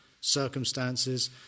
circumstances